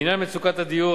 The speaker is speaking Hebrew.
בעניין מצוקת הדיור,